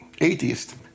atheist